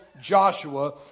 Joshua